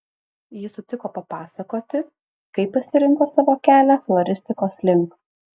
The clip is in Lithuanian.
ji sutiko papasakoti kaip pasirinko savo kelią floristikos link